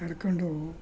ನಡ್ಕೊಂಡು